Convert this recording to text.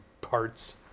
parts